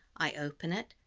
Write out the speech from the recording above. i open it,